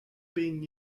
being